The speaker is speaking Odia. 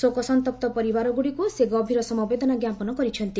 ଶୋକସନ୍ତପ୍ତ ପରିବାରଗୁଡ଼ିକୁ ସେ ଗଭୀର ସମବେଦନା ଜ୍ଞାପନ କରିଛନ୍ତି